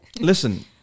Listen